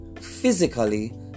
physically